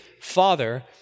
Father